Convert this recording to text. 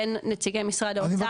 בין נציגי משרד האוצר